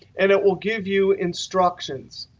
and it will give you instructions.